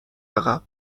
عقب